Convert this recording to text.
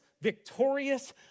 victorious